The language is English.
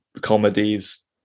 comedies